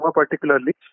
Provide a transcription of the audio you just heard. particularly